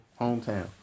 hometown